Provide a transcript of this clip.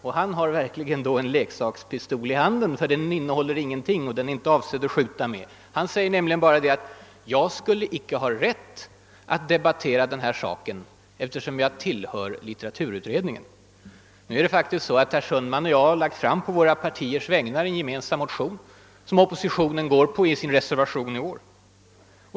Och då har han verkligen en leksakspistol i handen: den innehåller ingenting och den är inte avsedd att skjuta med. Han säger ju bara att jag inte skulle ha rätt att debattera den här frågan, eftersom jag tillhör litteraturutredningen. Nu är det faktiskt så att herr Sundman och jag har lagt fram, på våra partiers vägnar, en gemensam motion som oppositionen anslutit sig till i sin reservation i år.